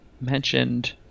mentioned